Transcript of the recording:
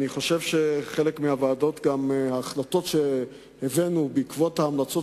אני חושב שההחלטות שהבאנו בעקבות ההמלצות